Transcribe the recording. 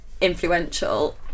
influential